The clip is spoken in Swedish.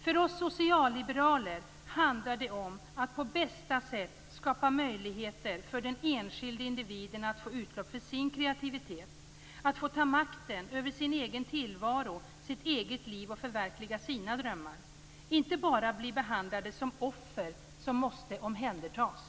För oss socialliberaler handlar det om att på bästa sätt skapa möjligheter för den enskilde individen att få utlopp för sin kreativitet. Den enskilde måste få ta makten över sin egen tillvaro och sitt eget liv och förverkliga sina drömmar i stället för att bara bli behandlad som ett offer som måste omhändertas.